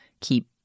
keep